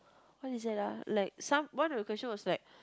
what is it ah like some one of the question was like